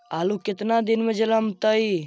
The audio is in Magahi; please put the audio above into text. आलू केतना दिन में जलमतइ?